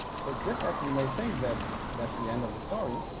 so just as you may think that that's the end of the story,